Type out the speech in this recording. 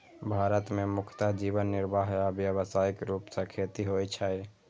भारत मे मुख्यतः जीवन निर्वाह आ व्यावसायिक रूप सं खेती होइ छै